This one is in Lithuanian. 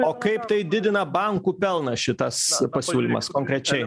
o kaip tai didina bankų pelną šitas pasiūlymas konkrečiai